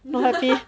not happy